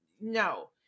No